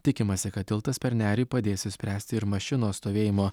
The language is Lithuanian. tikimasi kad tiltas per nerį padės išspręsti ir mašinos stovėjimo